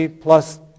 plus